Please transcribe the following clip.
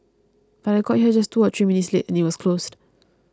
but I got here just two or three minutes late and it was closed